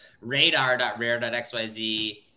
radar.rare.xyz